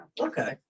okay